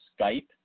Skype